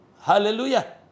Hallelujah